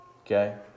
okay